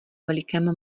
velikém